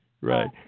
right